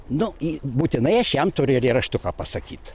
nu į būtinai aš jam turiu eilėraštuką pasakyt